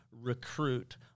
recruit